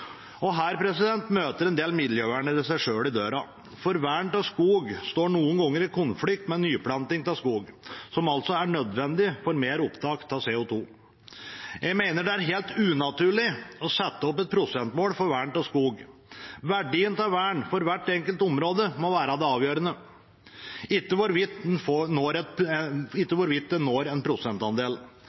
Her møter en del miljøvernere seg selv i døra, for vern av skog står noen ganger i konflikt med nyplanting av skog, som altså er nødvendig for mer opptak av CO2. Jeg mener det er helt unaturlig å sette opp et prosentmål for vern av skog. Verdien av vern for hvert enkelt område må være det avgjørende, ikke hvorvidt en prosentandel nås. Vi har store områder som ikke